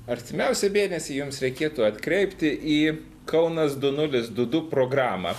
artimiausią mėnesį jums reikėtų atkreipti į kaunas du nulis du du programą